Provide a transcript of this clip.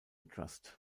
trust